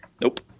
nope